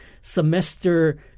semester